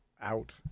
out